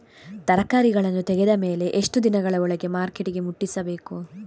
ತರಕಾರಿಗಳನ್ನು ತೆಗೆದ ಮೇಲೆ ಎಷ್ಟು ದಿನಗಳ ಒಳಗೆ ಮಾರ್ಕೆಟಿಗೆ ಮುಟ್ಟಿಸಬೇಕು?